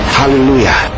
hallelujah